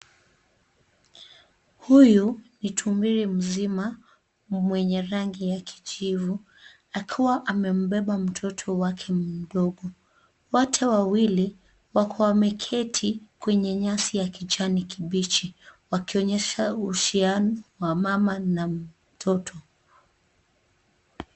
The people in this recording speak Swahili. Huyu ni tumbili mzima mwenye rangi ya kijivu akiwa amembeba mtoto wake mdogo, wote wawili wakiwa wameketi kwenye nyasi ya kijani kibichi wakionyesha uhusiano wa mama na mtoto.